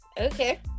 Okay